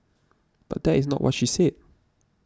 but that is not what she said